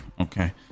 Okay